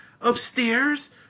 Upstairs